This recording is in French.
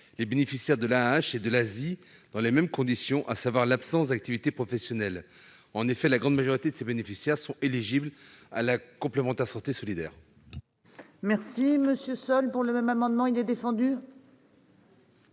les bénéficiaires de l'AAH et de l'ASI, sous les mêmes conditions, à savoir l'absence d'activité professionnelle. En effet, la grande majorité de ces bénéficiaires sont éligibles à la complémentaire santé solidaire.